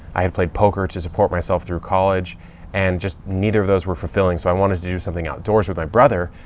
i had played poker to support myself through college and just neither of those were fulfilling. so i wanted to do something outdoors with my brother.